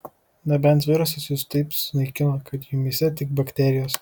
nebent virusas jus taip sunaikino kad jumyse tik bakterijos